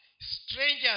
strangers